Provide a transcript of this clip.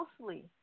mostly